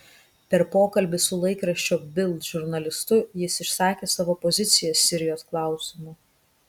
per pokalbį su laikraščio bild žurnalistu jis išsakė savo poziciją sirijos klausimu